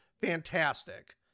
fantastic